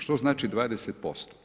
Što znači 20%